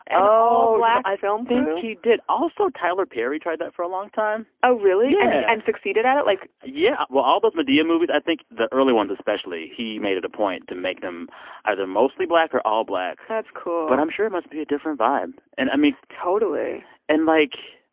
i um think he did. also, tyler perry tried that for a long time oh, really? yeah and succeeded at it? like. yeah. well, all those madea movies i think the early ones, especially he made it a point to make them either mostly black or all black that's cool but i'm sure it must be a different vibe. and, i mean. totally and, like,